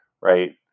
right